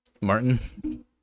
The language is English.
Martin